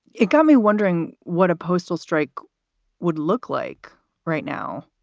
it got me wondering what a postal strike would look like right now,